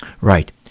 Right